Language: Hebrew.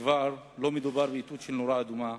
כבר לא מדובר באיתות של נורה אדומה,